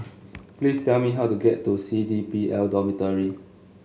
please tell me how to get to C D P L Dormitory